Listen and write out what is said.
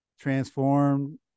transformed –